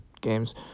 games